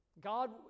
God